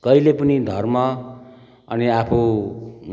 कहिले पनि धर्म अनि आफू